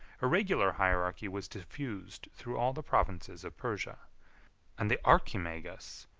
a regular hierarchy was diffused through all the provinces of persia and the archimagus,